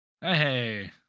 Hey